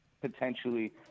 potentially